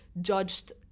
judged